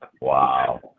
Wow